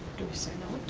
to see